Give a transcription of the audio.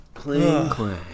Clang-clang